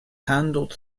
handled